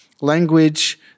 language